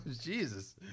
Jesus